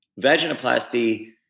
vaginoplasty